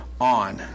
on